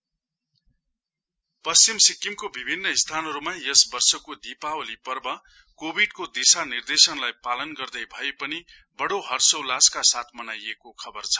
Diwali west Sikkim पश्चिम सिक्किमको विभिन्न स्थानहरुमा यस वर्षको दीपावली पर्व कोभिडको दिशा निर्देशनलाई पालन गर्दै भएपनि बड़ो हर्षोल्लासका साथ मनाइएको खबर छ